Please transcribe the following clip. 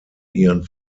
ihren